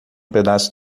pedaço